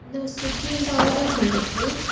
ನಾವು ಸ್ವಿಗ್ಗಿಯಿಂದ ಆರ್ಡರ್ ಮಾಡಿದ್ವಿ